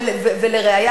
ולראיה,